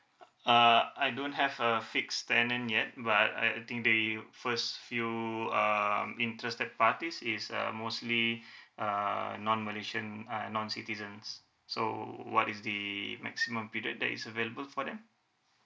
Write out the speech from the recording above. uh I don't have a fix tenant yet but I I think the first few um interested parties is uh mostly uh non malaysian uh non citizens so what is the maximum period that is available for them